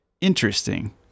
Interesting